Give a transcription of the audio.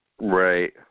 Right